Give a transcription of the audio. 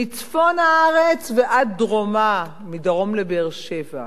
מצפון הארץ ועד דרומה, מדרום לבאר-שבע.